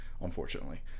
unfortunately